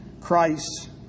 Christ